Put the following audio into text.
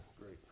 great